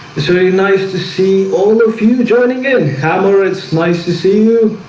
sort of nice to see all the future and again hammer. it's nice to see mu